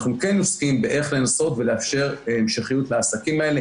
אנחנו כן עוסקים באיך לנסות ולאפשר המשכיות לעסקים האלה,